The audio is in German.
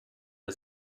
der